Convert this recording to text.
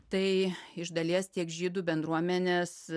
tai iš dalies tiek žydų bendruomenės